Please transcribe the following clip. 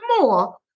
more